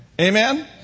Amen